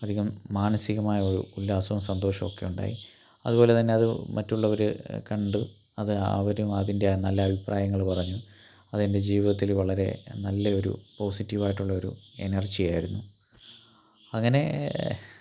അധികം മാനസികമായ ഉല്ലാസം സന്തോഷവും ഒക്കെ ഉണ്ടായി അതുപോലെത്തന്നത് മറ്റുള്ളവര് കണ്ട് അത് അവരും കണ്ട് അതിൻ്റെ നല്ല അഭിപ്രായങ്ങള് പറഞ്ഞു അതെൻ്റെ ജീവിതത്തില് വളരെ നല്ലയൊരു പോസിറ്റീവായിട്ടൊള്ളൊരു എനർജിയായിരുന്നു അങ്ങനെ